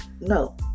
No